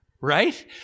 Right